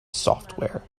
software